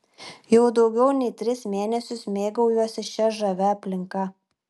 jau daugiau nei tris mėnesius mėgaujuosi šia žavia aplinka